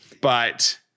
but-